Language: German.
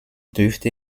dürfte